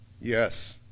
Yes